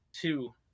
two